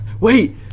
Wait